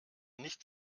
nicht